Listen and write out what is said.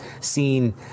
seen